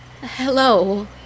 Hello